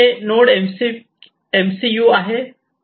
हे node MCU आहे